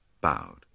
bowed